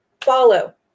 follow